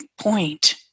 point